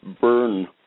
burn